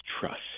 trust